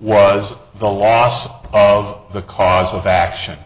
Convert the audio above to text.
was the loss of the cause of action